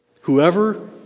Whoever